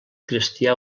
cristià